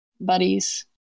buddies